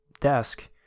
desk